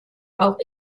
auch